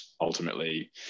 ultimately